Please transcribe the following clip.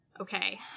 Okay